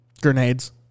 grenades